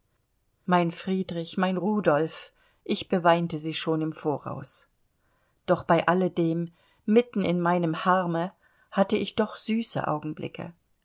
mein friedrich mein rudolf ich beweinte sie schon im voraus doch bei alledem mitten in meinem harme hatte ich doch süße augenblicke